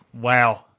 Wow